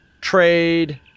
trade